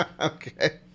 Okay